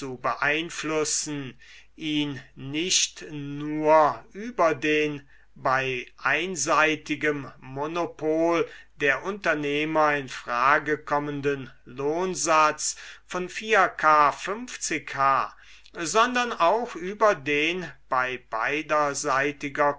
beeinflussen ihn nicht nur über den bei einseitigem monopol der unternehmer in frage kommenden lohnsatz von i k h sondern auch über den bei beiderseitiger